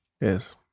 Yes